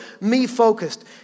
me-focused